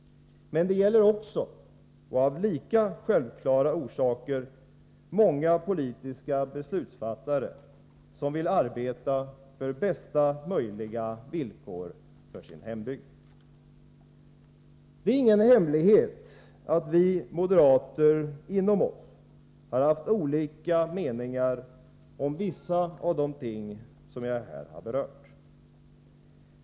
Men det gäller också, och av lika självklara orsaker, många politiska beslutsfattare som vill arbeta för bästa möjliga villkor för sin hembygd. Det är ingen hemlighet att det bland oss moderater funnits olika meningar om vissa av de ting som jag här har berört.